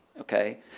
Okay